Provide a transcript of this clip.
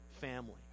family